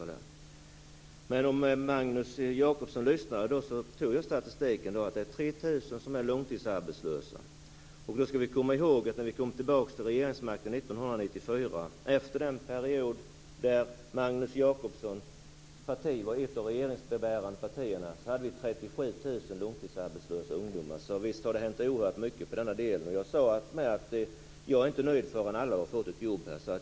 Om Magnus Jacobsson lyssnade då så tog jag upp statistiken. Det är 3 000 som är långtidsarbetslösa. Vi skall komma ihåg att när vi kom tillbaka till regeringsmakten 1994, efter den period då Magnus Jacobssons parti var ett av de regeringsbärande partierna, hade vi 37 000 långtidsarbetslösa ungdomar. Visst har det hänt oerhört mycket här. Jag sade också att jag inte är nöjd förrän alla har fått ett jobb.